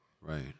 Right